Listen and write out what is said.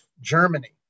Germany